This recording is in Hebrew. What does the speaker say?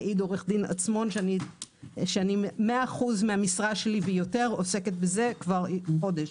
יעיד עו"ד עצמון שאני 100% ממשרתי ויותר עוסקת בזה כבר חודש.